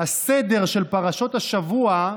הסדר של פרשות השבוע,